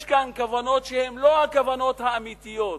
יש כאן כוונות שהן לא הכוונות האמיתיות.